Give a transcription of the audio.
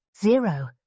Zero